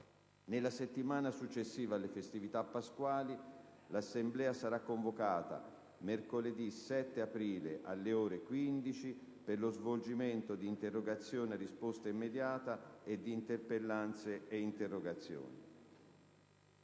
Nella settimana successiva alle festività pasquali l'Assemblea sarà convocata mercoledì 7 aprile, alle ore 15, per lo svolgimento di interrogazioni a risposta immediata e di interpellanze e interrogazioni.